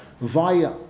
via